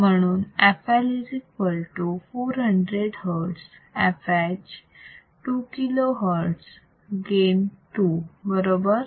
म्हणून fL400 hertz fH 2 kilo hertz gain 2 बरोबर